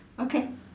okay